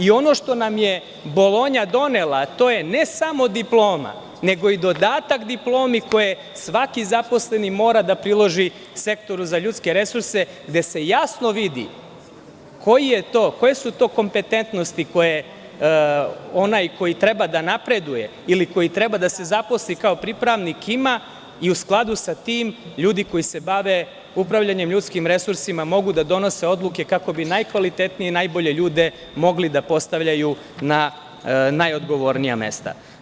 Ono što nam je Bolonja donela, to je ne samo diploma, nego i dodatak diplomi koji svaki zaposleni mora da priloži Sektoru za ljudske resurse, gde se jasno vidi koje su to kompetentnosti, onaj koji treba da napreduje ili koji treba da se zaposli kao pripravnik ima i u skladu sa tim, ljudi koji se bave upravljanjem ljudskim resursima, mogu da donose odluke kako bi najbolje ljude mogli da postavljaju na najodgovornija mesta.